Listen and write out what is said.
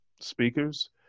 speakers